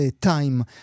time